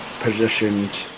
positioned